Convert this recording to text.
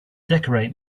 decorate